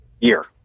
year